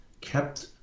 kept